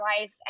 life